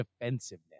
defensiveness